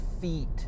feet